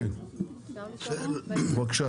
בבקשה.